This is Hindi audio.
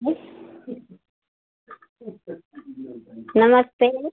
नहीं ठीक ठीक ठीक ठीक नमस्ते